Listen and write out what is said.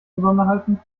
besonderheiten